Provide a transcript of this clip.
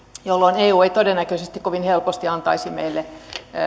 jolloin eu ei todennäköisesti kovin helposti antaisi meille